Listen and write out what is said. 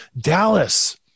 Dallas